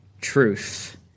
truth